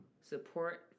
support